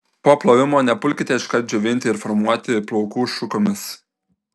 po plovimo nepulkite iškart džiovinti ir formuoti plaukų šukomis